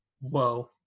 whoa